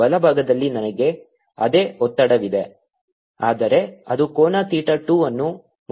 ಬಲಭಾಗದಲ್ಲಿ ನನಗೆ ಅದೇ ಒತ್ತಡವಿದೆ ಆದರೆ ಅದು ಕೋನ ಥೀಟಾ 2 ಅನ್ನು ಮಾಡುತ್ತಿದೆ